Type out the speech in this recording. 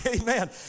amen